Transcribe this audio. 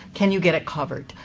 can you get it covered?